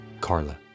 Carla